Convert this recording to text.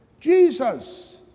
Jesus